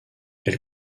elle